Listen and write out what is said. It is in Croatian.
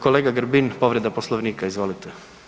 Kolega Grbin, povreda Poslovnika, izvolite.